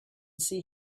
see